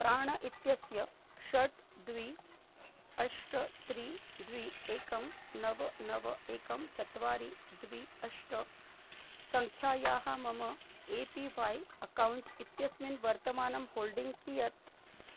प्राण इत्यस्य षट् द्वे अष्ट त्रीणि द्वे एकं नव नव एकं चत्वारि द्वे अष्ट सङ्ख्यायाः मम ए पी वाय् अकौण्ट् इत्यस्मिन् वर्तमानं होल्डिङ्ग् कियत्